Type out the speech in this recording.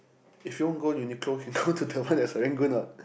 if you want to go Uniqlo you can go to the one at Serangoon [what]